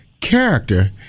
character